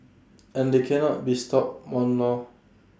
and they cannot be stopped one lor